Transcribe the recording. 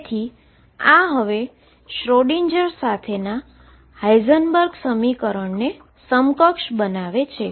તેથી આ હવે શ્રોડિંજરSchrödinger સાથેના હાઈઝનબર્ગ સમીકરણને સમકક્ષ બનાવે છે